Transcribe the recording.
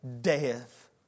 death